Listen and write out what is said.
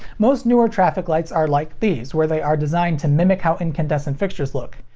most newer traffic lights are like these, where they are designed to mimic how incandescent fixtures look.